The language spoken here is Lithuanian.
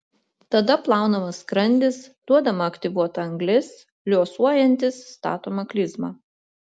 tada plaunamas skrandis duodama aktyvuota anglis liuosuojantys statoma klizma